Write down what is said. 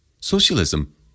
Socialism